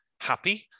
happy